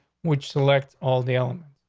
which select all the um